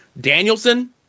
danielson